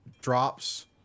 drops